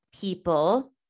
people